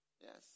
Yes